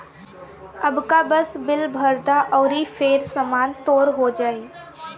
अबका बस बिल भर द अउरी फेर सामान तोर हो जाइ